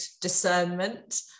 discernment